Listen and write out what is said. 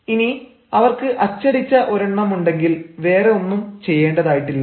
ഇനി അവർക്ക് അച്ചടിച്ച ഒരെണ്ണമുണ്ടെങ്കിൽ വേറെ ഒന്നും ചെയ്യേണ്ടതായിട്ടില്ല